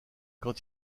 quand